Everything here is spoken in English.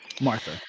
Martha